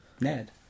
Ned